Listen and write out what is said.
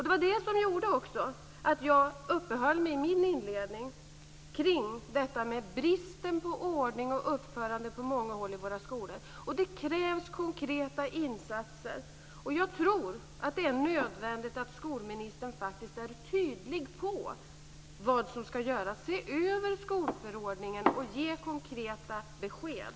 Det är detta som gjorde att jag inledningsvis uppehöll mig vid den brist på ordning och uppförande som på många håll finns i våra skolor. Det krävs konkreta insatser. Jag tror att det är nödvändigt att skolministern faktiskt är tydlig om vad som skall göras. Se över skolförordningen och ge konkreta besked!